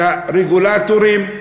והרגולטורים,